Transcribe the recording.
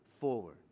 forward